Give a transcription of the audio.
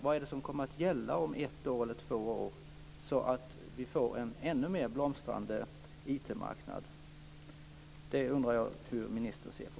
Vad är det som kommer att gälla om ett eller två år? Då får vi en ännu mer blomstrande IT-marknad. Det undrar jag hur ministern ser på.